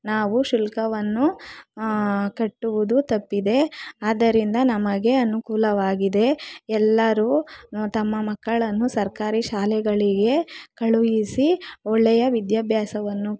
ನಾವು ಶುಲ್ಕವನ್ನು ಕಟ್ಟುವುದು ತಪ್ಪಿದೆ ಆದ್ದರಿಂದ ನಮಗೆ ಅನುಕೂಲವಾಗಿದೆ ಎಲ್ಲರೂ ತಮ್ಮ ಮಕ್ಕಳನ್ನು ಸರ್ಕಾರಿ ಶಾಲೆಗಳಿಗೆ ಕಳುಹಿಸಿ ಒಳ್ಳೆಯ ವಿದ್ಯಾಭ್ಯಾಸವನ್ನು